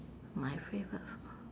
my favourite